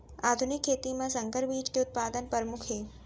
आधुनिक खेती मा संकर बीज के उत्पादन परमुख हे